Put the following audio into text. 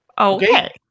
Okay